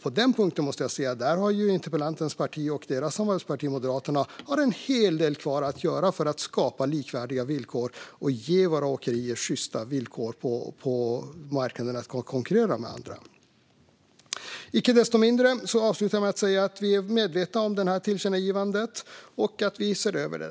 På den punkten har interpellantens parti och deras samarbetsparti Moderaterna en hel del kvar att göra när det gäller att skapa likvärdiga villkor och ge våra åkerier sjysta villkor på marknaden för att kunna konkurrera med andra. Icke desto mindre är vi medvetna om tillkännagivandet, och vi ser över det.